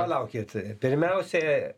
palaukit pirmiausia